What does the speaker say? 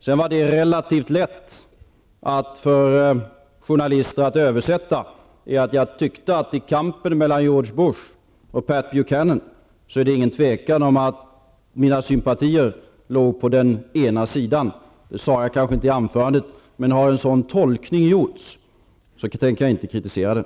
Sedan var det relativt lätt för journalister att översätta att jag tyckte att det i kampen mellan George Bush och Pat Buchanan inte råder något tvivel om att mina sympatier ligger på den ena sidan. Detta sade jag kanske inte i anförandet, men om en sådan tolkning har gjorts tänker jag inte kritisera den.